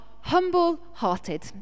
humble-hearted